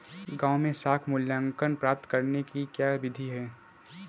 गाँवों में साख मूल्यांकन प्राप्त करने की क्या विधि है?